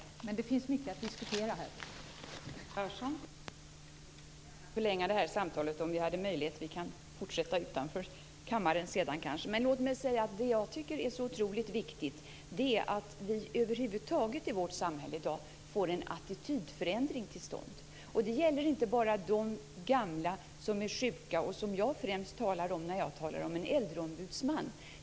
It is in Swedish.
Vi kan kanske fortsätta utanför kammaren sedan. Jag tycker att det är otroligt viktigt att vi över huvud taget får en attitydförändring till stånd i vårt samhälle i dag. Det gäller inte bara de gamla som är sjuka och som jag främst talar om när jag talar om en äldreombudsman.